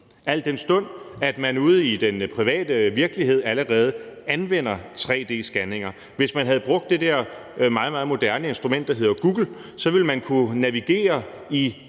al den stund at man ude i det private allerede anvender tre-d-scanninger. Hvis man havde brugt det der meget, meget moderne instrument, der hedder Google, så ville man kunne fremsøge